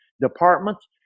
departments